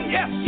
Yes